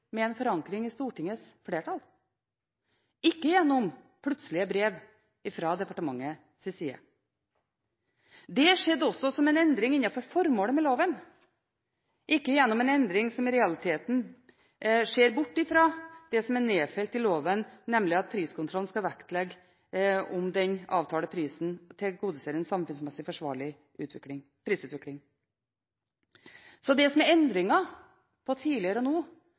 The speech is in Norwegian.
med en forankring i Stortingets flertall, ikke gjennom plutselige brev fra departementets side. Det skjedde også som en endring innenfor formålet med loven, ikke gjennom en endring som i realiteten ser bort fra det som er nedfelt i loven, nemlig at priskontrollen skal vektlegge om den avtalte prisen tilgodeser en samfunnsmessig forsvarlig prisutvikling. Så det som er forskjellen fra tidligere,